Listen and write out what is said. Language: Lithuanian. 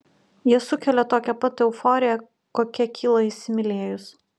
jie sukelia tokią pat euforiją kokia kyla įsimylėjus